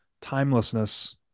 timelessness